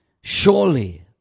Surely